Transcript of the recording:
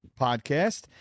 podcast